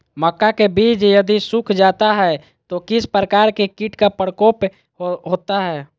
मक्का के बिज यदि सुख जाता है तो किस प्रकार के कीट का प्रकोप होता है?